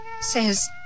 says